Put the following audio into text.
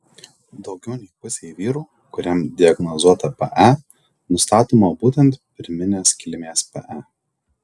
daugiau nei pusei vyrų kuriems diagnozuota pe nustatoma būtent pirminės kilmės pe